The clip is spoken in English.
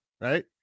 right